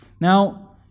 Now